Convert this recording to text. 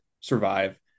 survive